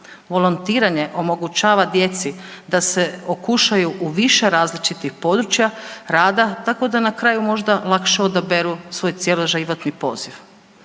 Volontiranje omogućava djeci da se okušaju u više različitih područja rada tako da na kraju možda lakše odaberu svoj cjeloživotni poziv.